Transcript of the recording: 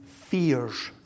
fears